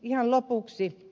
ihan lopuksi